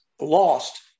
lost